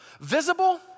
visible